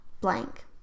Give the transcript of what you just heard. blank